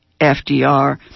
FDR